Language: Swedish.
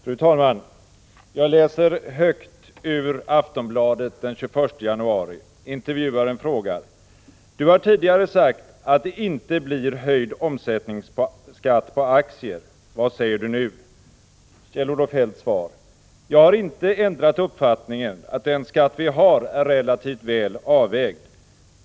Fru talman! Jag läser högt ur Aftonbladet den 21 januari. Intervjuaren frågar: ”Du har tidigare sagt att det inte blir höjd omsättningsskatt på aktier. Vad säger du nu?” Kjell-Olof Feldts svar: ”Jag har inte ändrat uppfattningen att den skatt vi har är relativt väl avvägd.